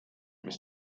mis